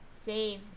Save